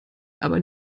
aber